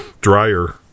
dryer